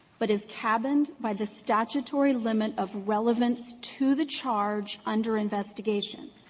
but is cabined by the statutory limit of relevance to the charge under investigation,